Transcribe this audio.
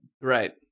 Right